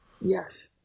Yes